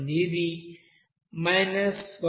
ఇది 1366